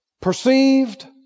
perceived